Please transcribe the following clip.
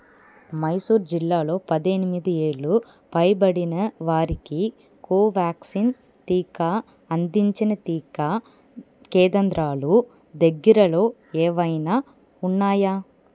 మైసూర్ జిల్లాలో పద్దెనిమిది ఏళ్ళు పైబడిన వారికి కోవ్యాక్సిన్ టీకా అందించిన టీకా కేంద్రాలు దగ్గరలో ఏవైనా ఉన్నాయా